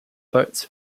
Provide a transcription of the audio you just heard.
boats